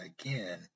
again